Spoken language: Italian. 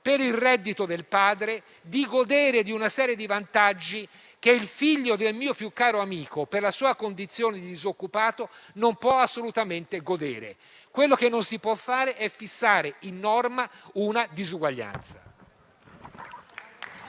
per il reddito del padre, è nella condizione di godere di una serie di vantaggi che quello del mio più caro amico, per la condizione di disoccupazione del padre, non può assolutamente godere; quello che non si può fare è fissare in norma una disuguaglianza.